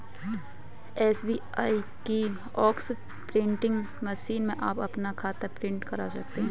SBI kiosk printing machine में आप अपना खाता प्रिंट करा सकते हैं